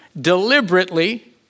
deliberately